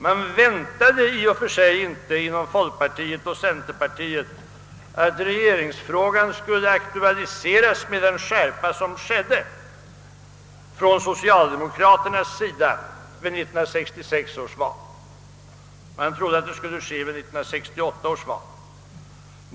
Man väntade i och för sig inte inom folkpartiet och centerpartiet att regeringsfrågan skulle aktualiseras med den skärpa som skedde från socialdemokraternas sida vid 1966 års val. Man trodde att det skulle ske vid 1968 års val.